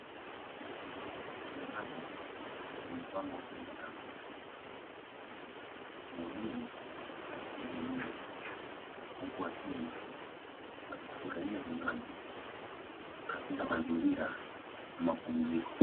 Vinywaji vimepangwa kwenye rafu, mhudumu akihudumia huku wateja wakifurahia vinywaji katika mazingira ya mapumziko.